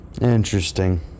interesting